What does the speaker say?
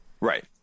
right